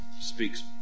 speaks